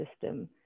system